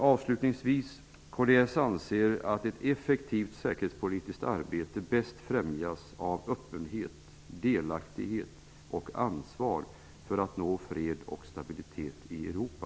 Avslutningsvis: Kds anser att ett effektivt säkerhetspolitiskt arbete bäst främjas av öppenhet, delaktighet och ansvar för att nå fred och stabilitet i Europa.